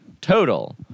total